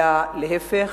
אלא להיפך.